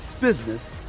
business